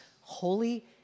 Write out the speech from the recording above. holy